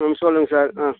ம் சொல்லுங்கள் சார் ஆ